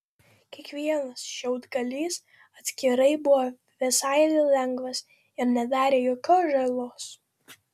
kiekvienas šiaudgalys atskirai buvo visai lengvas ir nedarė jokios žalos